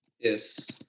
Yes